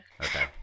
okay